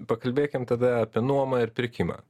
pakalbėkim tada apie nuomą ir pirkimą